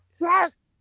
yes